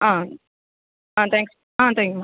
ஆ ஆ தேங்க்ஸ் ஆ தேங்க்யூம்மா